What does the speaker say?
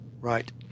Right